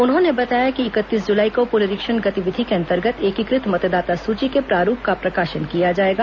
उन्होंने बताया कि इकतीस जुलाई को पुनरीक्षण गतिविधि के अंतर्गत एकीकृत मतदाता सूची के प्रारूप का प्रकाशन किया जाएगा